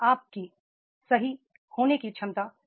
अपने आप की सही होने की क्षमता